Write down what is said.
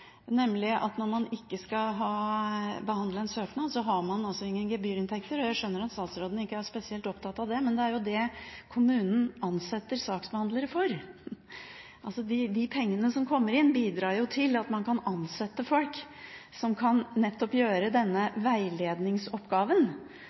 nemlig at når man ikke skal behandle en søknad, har man ingen gebyrinntekter. Jeg skjønner at statsråden ikke er spesielt opptatt av det, men det er det kommunen ansetter saksbehandlere for – de pengene som kommer inn, bidrar til at man kan ansette folk som nettopp kan gjøre denne